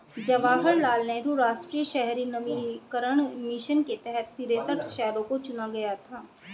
जवाहर लाल नेहरू राष्ट्रीय शहरी नवीकरण मिशन के तहत तिरेसठ शहरों को चुना गया था